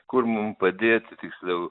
kur mum padėti tiksliau